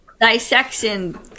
dissection